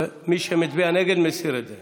מי שמצביע נגד, להסיר את זה.